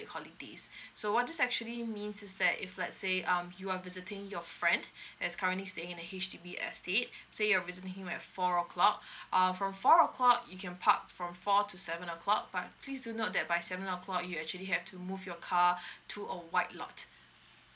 holidays so what this actually means is that if let's say um you are visiting your friend as currently staying in H_D_B estate say you are visiting him at four o'clock um for four o'clock you can park from four to seven o'clock but please do note that by seven o'clock you'll actually have to move your car to a white lot